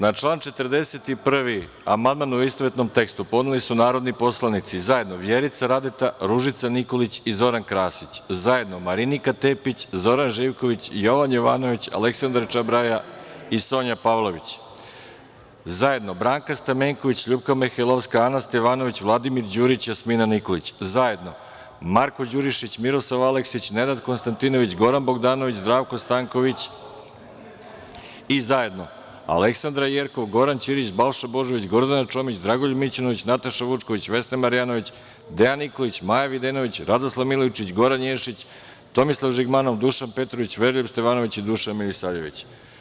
Na član 41. amandman u istovetnom tekstu podneli su narodni poslanici zajedno Vjerica Radeta, Ružica Nikolić i Zoran Krasić, zajedno Marinika Tepić, Zoran Živković, Jovan Jovanović, Aleksandra Čabraja i Sonja Pavlović, zajedno Branka Stamenković, LJupka Mihajlovska, Ana Stevanović, Vladimir Đurić i Jasmina Nikolić, zajedno Marko Đurišić, Miroslav Aleksić, Nenad Konstantinović, Goran Bogdanović, Zdravko Stanković i zajedno Aleksandra Jerkov, Goran Ćirić, Balša Božović, Gordana Čomić, Dragoljub Mićunović, Nataša Vučković, Vesna Marjanović, Dejan Nikolić, Maja Videnović, Radoslav Milojičić, Goran Ješić, Tomislav Žigmanov, Dušan Petrović, Veroljub Stevanović i Dušan Milisavljević.